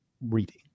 reading